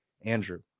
Andrew